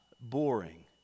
boring